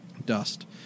dust